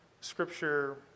scripture